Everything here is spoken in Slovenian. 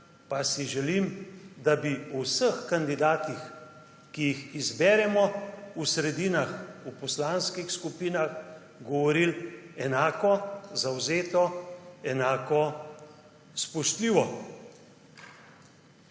pa si želim, da bi o vseh kandidatih, ki jih izberemo v sredinah, v poslanskih skupinah, govorili enako zavzeto, enako spoštljivo.